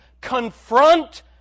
confront